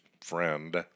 friend